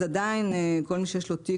אז עדיין כל מי שיש לו תיק,